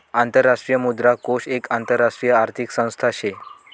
आंतरराष्ट्रीय मुद्रा कोष एक आंतरराष्ट्रीय आर्थिक संस्था शे